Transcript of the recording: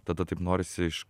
tada taip norisi iš